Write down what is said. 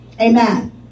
Amen